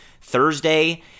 Thursday